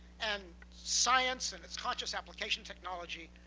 and science and its conscious application technology,